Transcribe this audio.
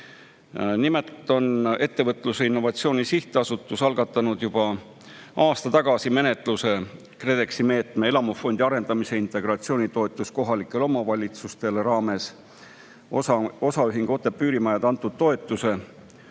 Nimelt on Ettevõtluse ja Innovatsiooni Sihtasutus algatanud juba aasta tagasi menetluse KredExi meetme "Elamufondi arendamise [investeeringu]toetus kohalikele omavalitsustele" raames osaühingule Otepää Üürimajad antud toetuse